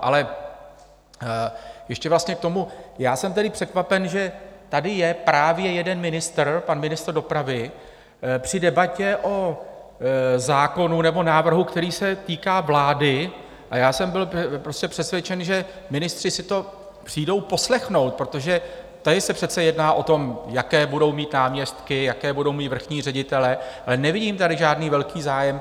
Ale ještě vlastně k tomu já jsem tedy překvapen, že tady je právě jeden ministr, pan ministr dopravy, při debatě o návrhu, který se týká vlády, a já jsem byl přesvědčen, že ministři si to přijdou poslechnout, protože tady se přece jedná o tom, jaké budou mít náměstky, jaké budou mít vrchní ředitele, ale nevidím tady žádný velký zájem.